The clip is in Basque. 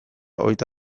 hogeita